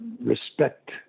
respect